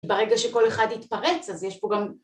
ברגע שכל אחד יתפרץ אז יש פה גם...